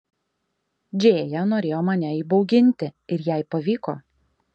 džėja norėjo mane įbauginti ir jai pavyko